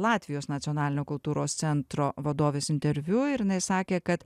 latvijos nacionalinio kultūros centro vadovės interviu ir jinai sakė kad